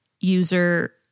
user